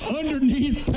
underneath